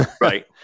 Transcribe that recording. right